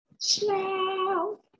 ciao